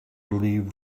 leave